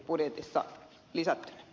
arvoisa puhemies